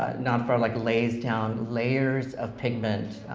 ah not from like glaze down, layers of pigment,